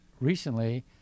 recently